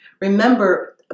Remember